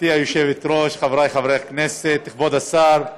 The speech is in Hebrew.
גברתי היושבת-ראש, חבריי חברי הכנסת, כבוד השר,